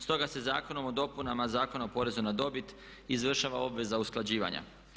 Stoga se Zakonom o dopunama Zakona o porezu na dobit izvršava obveza usklađivanja.